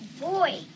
Boy